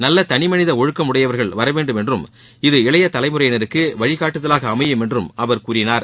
நல்ல தனிமனித ஒழுக்கம் உடையவர்கள் வர வேண்டும் என்றும் இது இளைய தலைமுறையினருக்கு வழி காட்டுதலாக அமையும் என்றும் அவர் கூறினார்